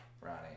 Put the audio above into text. Ronnie